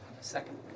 Second